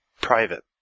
private